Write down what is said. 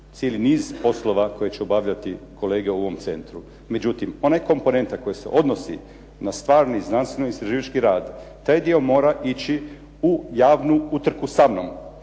cijeli niz poslova koji će obavljati kolege u ovom centru. Međutim, ona komponenta koja se odnosi na stalno i znanstveno-istraživački rad, taj dio mora ići u javnu utrku samnom